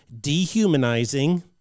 dehumanizing